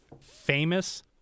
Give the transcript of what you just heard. famous